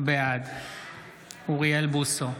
בעד אוריאל בוסו,